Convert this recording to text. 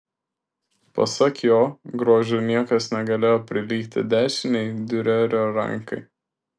pasak jo grožiu niekas negalėjo prilygti dešinei diurerio rankai